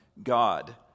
God